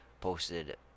posted